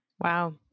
Wow